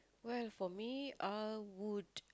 well for me I would